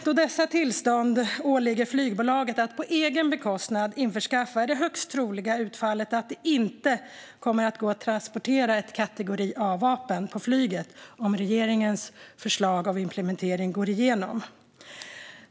Då dessa tillstånd åligger flygbolaget att på egen bekostnad införskaffa är det högst troliga utfallet att det inte kommer att gå att transportera ett vapen i kategori A på flyget om regeringens förslag om implementering går igenom.